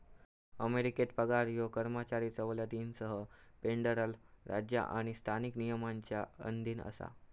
अमेरिकेत पगार ह्यो कर्मचारी सवलतींसह फेडरल राज्य आणि स्थानिक नियमांच्या अधीन असा